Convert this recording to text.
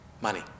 Money